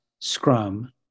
Scrum